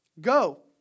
Go